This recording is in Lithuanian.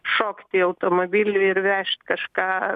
šokti į automobilį ir vežt kažką